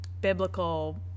biblical